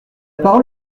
parole